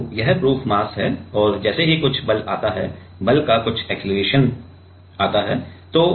तो यह proof mass है और जैसे ही कुछ बल आता है बल का कुछ अक्सेलरेशन आता है